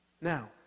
Now